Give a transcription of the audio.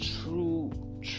true